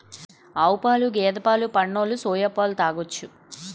ఆవుపాలు గేదె పాలు పడనోలు సోయా పాలు తాగొచ్చు